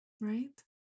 right